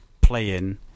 playing